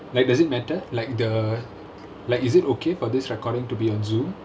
like does it matter like the like is it okay for this recording to be on Zoom